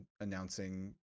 announcing